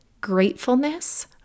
gratefulness